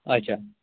اَچھا